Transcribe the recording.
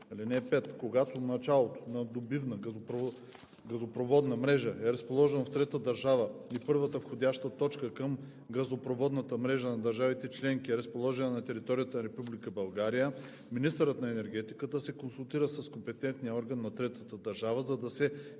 Когато началото на добивна газопроводна мрежа е разположено в трета държава и първата входяща точка към газопроводната мрежа на държавите членки е разположена на територията на Република България, министърът на енергетиката се консултира с компетентния орган на третата държава, за да се